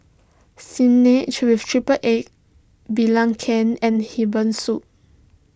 Spinach with Triple Egg Belacan and Herbal Soup